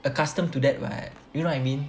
accustomed to that [what] you know what I mean